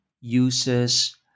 uses